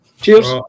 cheers